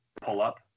pull-up